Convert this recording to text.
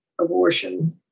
abortion